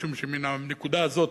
משום שמן הנקודה הזאת,